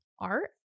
art